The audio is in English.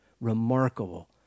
Remarkable